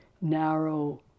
narrow